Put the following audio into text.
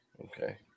Okay